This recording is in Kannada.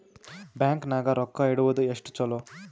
ಬ್ಯಾಂಕ್ ನಾಗ ರೊಕ್ಕ ಇಡುವುದು ಎಷ್ಟು ಚಲೋ?